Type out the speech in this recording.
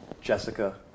Jessica